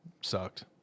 sucked